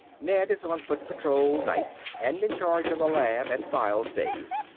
ned is on foot patrol nights and in charge of the lab and files days.